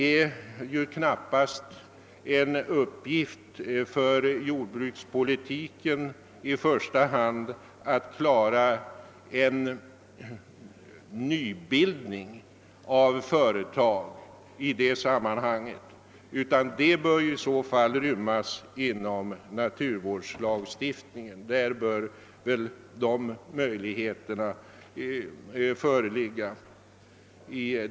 Men det är knappast en uppgift för jordbrukspolitiken i första hand att klara en nybildning av företag i detta sammanhang, utan detta bör i så fall rymmas inom naturvårdslagstiftningen.